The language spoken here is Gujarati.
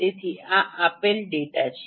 તેથી આ આપેલ ડેટા છે